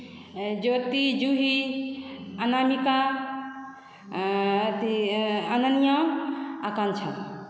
ज्योति जुही अनामिका अथी अनन्या आ आकाँक्षा